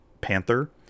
Panther